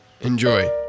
enjoy